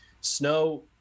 Snow